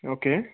okay